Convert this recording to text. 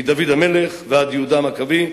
מדוד המלך ועד יהודה המכבי,